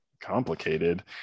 complicated